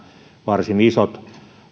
varsin iso osuus